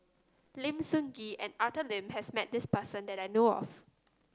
Lim Sun Gee and Arthur Lim has met this person that I know of